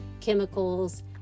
chemicals